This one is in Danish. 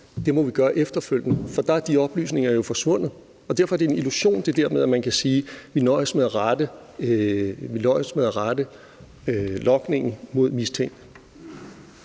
at man må gøre det efterfølgende, for da er de oplysninger jo forsvundet. Og derfor er det en illusion det der med, at man kan sige: Vi nøjes med at rette logningen mod mistænkte.